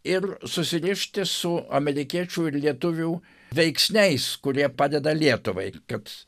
ir susirišti su amerikiečių ir lietuvių veiksniais kurie padeda lietuvai kad